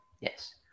Yes